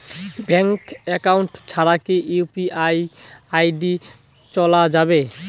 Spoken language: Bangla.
ব্যাংক একাউন্ট ছাড়া কি ইউ.পি.আই আই.ডি চোলা যাবে?